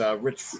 rich